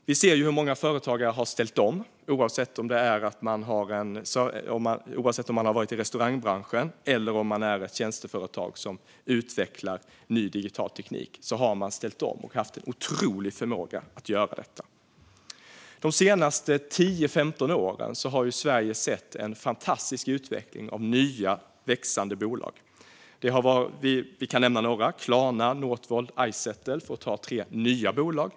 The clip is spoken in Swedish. Vi ser att många företagare har ställt om, oavsett om det gäller ett företag i restaurangbranschen eller ett tjänsteföretag som utvecklar ny digital teknik. Man har haft en otrolig förmåga att ställa om. De senaste tio femton åren har vi i Sverige sett en fantastisk utveckling av nya, växande bolag. Jag kan nämna Klarna, Northvolt och Izettle, för att ta tre nya bolag.